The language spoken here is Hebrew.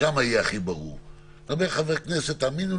מה שאומרים על האוכלוסייה הזאת יכול להיות מחר נכון גם לאוכלוסיית